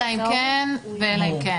אלא אם כן --- ביוזמתו.